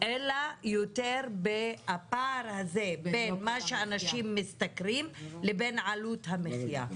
אלא יותר בפער הזה בין מה שאנשים משתכרים לבין עלות המחייה.